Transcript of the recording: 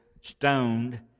stoned